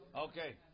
Okay